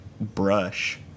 brush